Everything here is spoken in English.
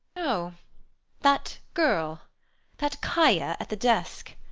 oh that girl that kaia at the desk.